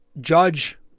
Judge